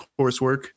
coursework